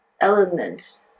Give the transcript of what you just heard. element